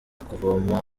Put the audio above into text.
kuvoma